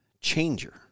changer